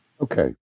Okay